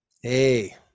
hey